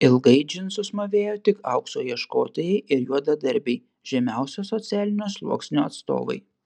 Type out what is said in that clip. ilgai džinsus mūvėjo tik aukso ieškotojai ir juodadarbiai žemiausio socialinio sluoksnio atstovai